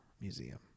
museum